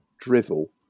drivel